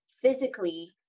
physically